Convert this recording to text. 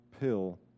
pill